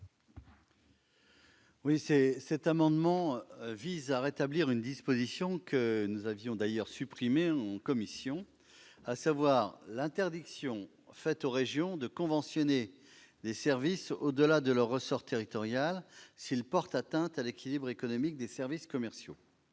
? Cet amendement vise à rétablir une disposition que nous avons supprimée en commission : l'interdiction faite aux régions de conventionner des services au-delà de leur ressort territorial s'ils portent atteinte à l'équilibre économique des services commerciaux.